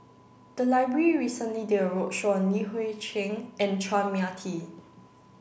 the library recently did a roadshow on Li Hui Cheng and Chua Mia Tee